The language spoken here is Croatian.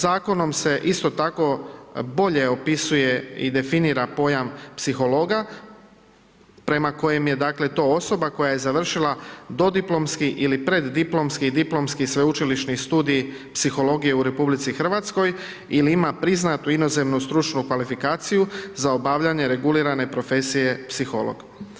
Zakonom se isto tako bolje opisuje i definira pojam psihologa, prema kojem je dakle to osoba koja je završila dodiplomski ili preddiplomski i diplomski sveučilišni studij psihologije u RH ili ima priznatu inozemnu stručnu kvalifikaciju za obavljanje regulirane profesije psiholog.